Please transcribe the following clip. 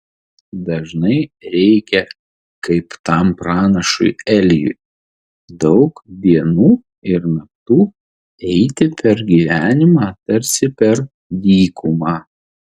dažnai reikia kaip tam pranašui elijui daug dienų ir naktų eiti per gyvenimą tarsi per dykumą